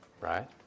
right